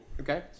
Okay